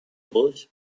durch